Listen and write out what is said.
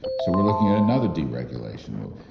so we're looking at another deregulation move.